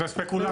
זה ספקולציות.